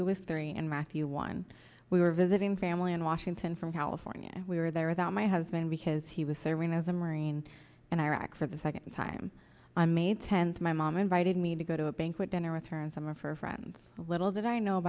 who was three and matthew one we were visiting family in washington from california and we were there without my husband because he was serving as a marine in iraq for the second time i made tents my mom invited me to go to a banquet dinner with her and some of her friends little did i know